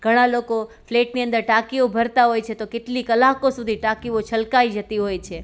ઘણાં લોકો ફ્લેટની અંદર ટાંકીઓ ભરતાં હોય છે તો કેટલી કલાકો સુધી ટાંકીઓ છલકાઈ જતી હોય છે